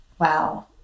Wow